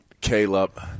Caleb